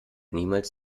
niemals